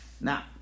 Now